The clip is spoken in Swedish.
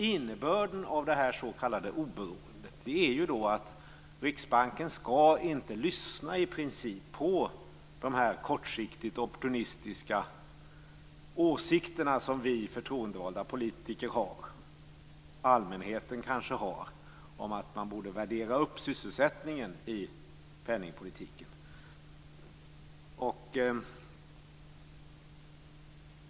Innebörden av det s.k. oberoendet är att Riksbanken i princip inte skall lyssna på de kortsiktiga, opportunistiska åsikterna som vi förtroendevalda politiker och kanske allmänheten har om att sysselsättningen borde uppvärderas i penningpolitiken.